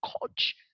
coach